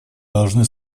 должны